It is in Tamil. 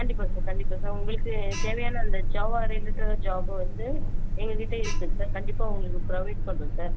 கண்டிப்பாக சார் கண்டிப்பாக சார் உங்களுக்கு தேவையான அந்த ஜாவா ரிலேட்டட் ஜாபும் வந்து எங்ககிட்ட இருக்குது சார் கண்டிப்பாக உங்களுக்கு ப்ரொவைட் பண்ணுறோம் சார்